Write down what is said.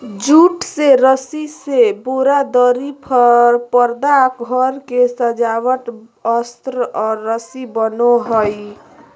jute से रस्सी से बोरा, दरी, परदा घर के सजावट अस्तर और रस्सी बनो हइ